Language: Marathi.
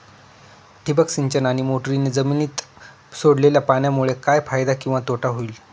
ठिबक सिंचन आणि मोटरीने जमिनीत सोडलेल्या पाण्यामुळे काय फायदा किंवा तोटा होईल?